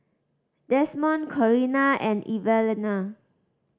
Desmond Corrina and Evalena